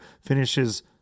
finishes